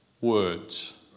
words